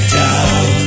down